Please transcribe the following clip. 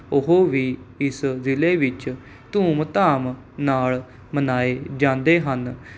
ਉਹ ਵੀ ਇਸ ਜ਼ਿਲ੍ਹੇ ਵਿੱਚ ਧੂਮ ਧਾਮ ਨਾਲ਼ ਮਨਾਏ ਜਾਂਦੇ ਹਨ